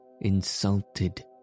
insulted